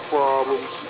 problems